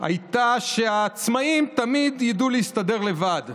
הייתה שעצמאים תמיד ידעו להסתדר לבד,